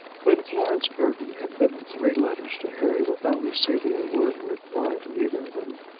when florence burton had written three letters to harry without receiving a word in reply to either of them,